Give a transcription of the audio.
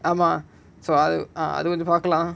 ஆமா அது கொஞ்சம் பார்க்கலாம்:aamaa adhu konjam paarkalaam